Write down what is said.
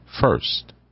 first